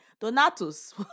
Donatus